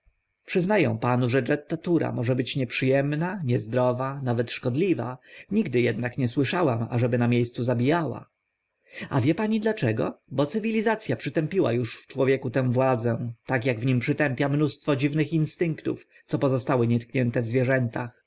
ę panu że dżetattura może być nieprzy emna niezdrowa nawet szkodliwa ednak nigdy nie słyszałam ażeby na mie scu zabijała a wie pani dlaczego bo cywilizac a przytępiła uż w człowieku tę władzę tak ak zabobony w nim przytępiła mnóstwo dziwnych instynktów co pozostały nietknięte w zwierzętach